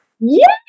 yes